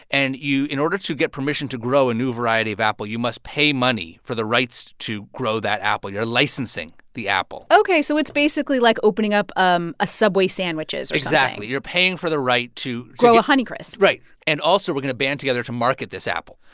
and you, in order to get permission to grow a new variety of apple, you must pay money for the rights to grow that apple. you're licensing the apple ok, so it's basically like opening up um a subway sandwiches or something exactly. you're paying for the right to. grow a honeycrisp right. and also, we're going to band together to market this apple.